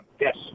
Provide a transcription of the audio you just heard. yes